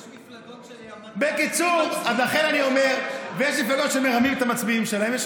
יש מפלגות, ויש מפלגות שמרמות את המצביעים שלהם.